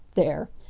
there!